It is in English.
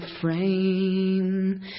frame